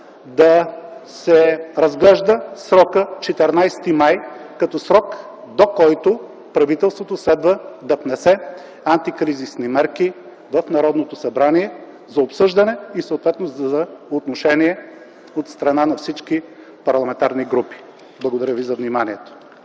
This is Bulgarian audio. да се разглежда срокът 14 май 2010 г., до който правителството следва да внесе антикризисни мерки в Народното събрание за обсъждане и съответно за отношение от страна на всички парламентарни групи. Благодаря за вниманието.